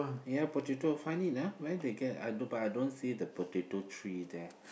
ya potato find it ah where they get I don't but I don't see the potato tree there